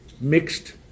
mixed